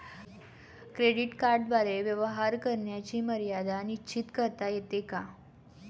Credit कार्डद्वारे व्यवहार करण्याची मर्यादा निश्चित करता येते का?